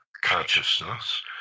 consciousness